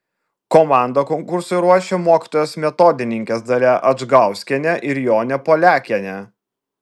komandą konkursui ruošė mokytojos metodininkės dalia adžgauskienė ir jonė poliakienė